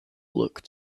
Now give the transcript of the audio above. look